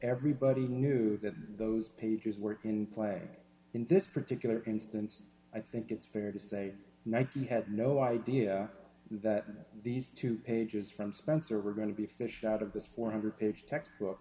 everybody knew that those pages were in play in this particular instance i think it's fair to say nike had no idea that these two pages from spencer were going to be fished out of this four hundred dollars page text book